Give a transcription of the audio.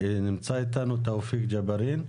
נמצא איתנו תאופיק ג'בארין.